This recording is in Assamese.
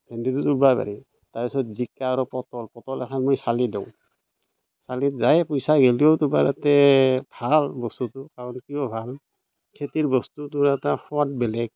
ভেন্দিটো ওলাবই পাৰি তাৰে পিছত জিকা আৰু পটল পটল এখন মই চালি দিওঁ চালিত যায় পইচা গ'লেওতো বাৰু তাতে ভাল বস্তুটো কাৰণ কিয় ভাল খেতিৰ বস্তুটোৰ এটা সোৱাদ বেলেগ